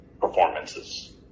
performances